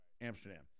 Amsterdam